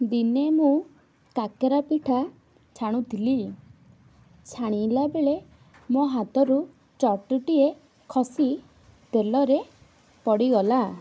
ଦିନେ ମୁଁ କାକେରା ପିଠା ଛାଣୁଥିଲି ଛାଣିଲା ବେଳେ ମୋ ହାତରୁ ଚଟୁ ଟିଏ ଖସି ତେଲରେ ପଡ଼ିଗଲା